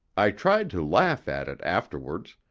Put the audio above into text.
i tried to laugh at it afterwards,